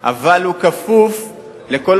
הוא כפוף לכל